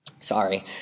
sorry